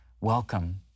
welcome